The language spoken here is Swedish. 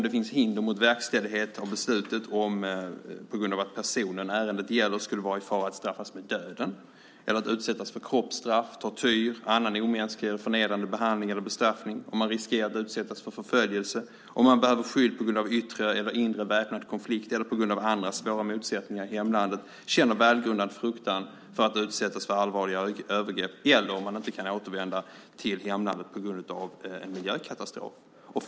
Det finns hinder mot verkställighet av beslutet om personen ärendet gäller är i fara att straffas med döden, utsättas för kroppsstraff, tortyr, annan omänsklig eller förnedrande behandling eller bestraffning, riskerar att utsättas för förföljelse, behöver skydd på grund av yttre eller inre väpnad konflikt eller på grund av andra svåra motsättningar i hemlandet, känner välgrundad fruktan för att utsättas för allvarliga övergrepp eller inte kan återvända till hemlandet på grund av en miljökatastrof.